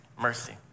mercy